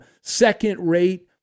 second-rate